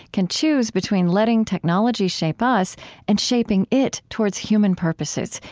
can choose between letting technology shape us and shaping it towards human purposes,